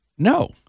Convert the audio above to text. No